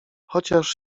chociaż